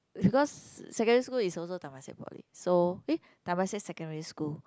because secondary school is also Temasek Poly so eh Temasek secondary school